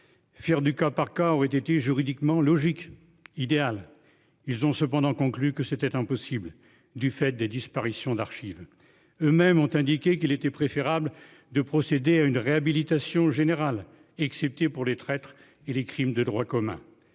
Fier du cas par cas, été juridiquement logique idéal. Ils ont cependant conclu que c'était impossible du fait des disparitions d'archives eux-mêmes ont indiqué qu'il était préférable de procéder à une réhabilitation générale excepté pour les traîtres et les crimes de droit commun.